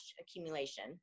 accumulation